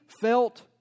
felt